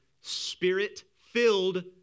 spirit-filled